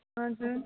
हजुर